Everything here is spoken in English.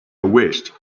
wished